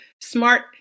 smart